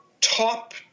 top